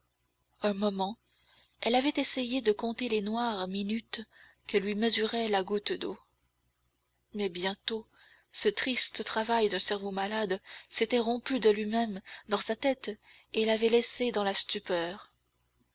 un moment elle avait essayé de compter les noires minutes que lui mesurait la goutte d'eau mais bientôt ce triste travail d'un cerveau malade s'était rompu de lui-même dans sa tête et l'avait laissée dans la stupeur